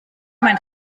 mein